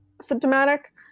symptomatic